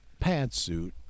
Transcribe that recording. pantsuit